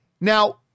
Now